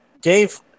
Dave